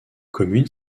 commune